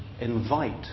invite